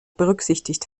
berücksichtigt